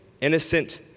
innocent